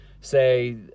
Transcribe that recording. say